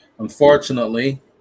unfortunately